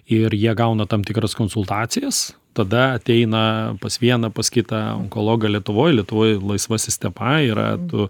ir jie gauna tam tikras konsultacijas tada ateina pas vieną pas kitą onkologą lietuvoj lietuvoj laisva sistema yra tu